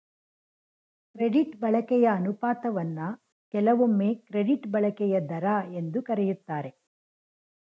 credit ಬಳಕೆಯ ಅನುಪಾತವನ್ನ ಕೆಲವೊಮ್ಮೆ ಕ್ರೆಡಿಟ್ ಬಳಕೆಯ ದರ ಎಂದು ಕರೆಯುತ್ತಾರೆ